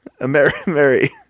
Mary